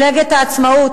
מפלגת העצמאות.